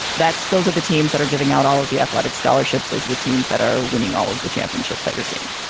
that's those are the teams that are giving out all of the athletic scholarships as the teams that are winning all of the championships that you're seeing.